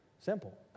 simple